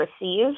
receive